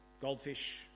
goldfish